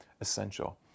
essential